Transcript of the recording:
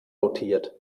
dotiert